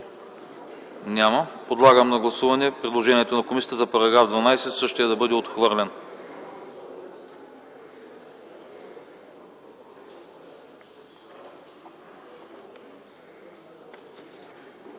Няма. Подлагам на гласуване предложението на комисията за § 12 – същият да бъде отхвърлен.